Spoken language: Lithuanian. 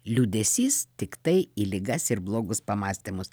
liūdesys tiktai į ligas ir blogus pamąstymus